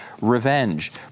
revenge